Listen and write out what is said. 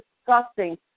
disgusting